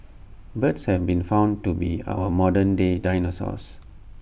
birds have been found to be our modern day dinosaurs